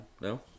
No